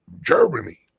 Germany